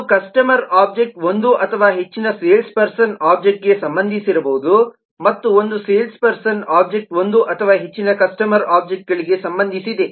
ಒಂದು customer object ಒಂದು ಅಥವಾ ಹೆಚ್ಚಿನ ಸೇಲ್ಸ್ ಪರ್ಸನ್ ಒಬ್ಜೆಕ್ಟ್ಗೆ ಸಂಬಂಧಿಸಿರಬಹುದು ಮತ್ತು ಒಂದು ಸೇಲ್ಸ್ ಪರ್ಸನ್ ಒಬ್ಜೆಕ್ಟ್ ಒಂದು ಅಥವಾ ಹೆಚ್ಚಿನ ಕಸ್ಟಮರ್ ಒಬ್ಜೆಕ್ಟ್ಗಳಿಗೆ ಸಂಬಂಧಿಸಿದೆ